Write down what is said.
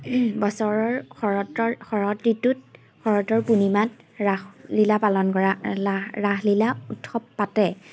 বছৰৰ শৰতৰ শৰৎ ঋতুত শৰতৰ পূৰ্ণিমাত ৰাসলীলা পালন কৰা ৰাস ৰাসলীলা উৎসৱ পাতে